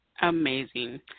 Amazing